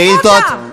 שאילתות,